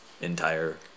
entire